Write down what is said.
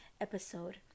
episode